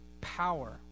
power